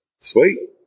Sweet